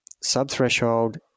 sub-threshold